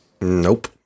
nope